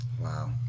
Wow